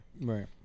Right